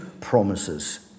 promises